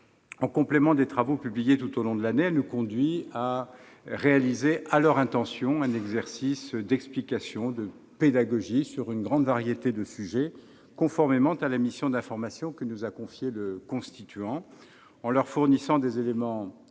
En complément des travaux publiés tout au long de l'année, elle nous conduit à réaliser à leur intention un exercice d'explication et de pédagogie sur une grande variété de sujets, conformément à la mission d'information que nous a confiée le constituant, en leur fournissant des éléments objectifs,